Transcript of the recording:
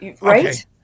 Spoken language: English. Right